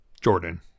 Jordan